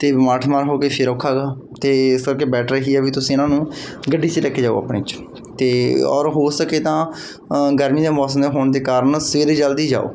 ਅਤੇ ਬਿਮਾਰ ਠਮਾਰ ਹੋਗੇ ਫਿਰ ਔਖਾ ਗਾ ਅਤੇ ਇਸ ਕਰਕੇ ਬੈਟਰ ਇਹੀ ਆ ਵੀ ਤੁਸੀਂ ਇਹਨਾਂ ਨੂੰ ਗੱਡੀ 'ਚ ਲੈ ਕੇ ਜਾਓ ਆਪਣੇ 'ਚ ਅਤੇ ਔਰ ਹੋ ਸਕੇ ਤਾਂ ਗਰਮੀ ਦਾ ਮੌਸਮ ਹੋਣ ਦੇ ਕਾਰਨ ਸਵੇਰੇ ਜਲਦੀ ਜਾਓ